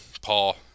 Paul